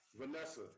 Vanessa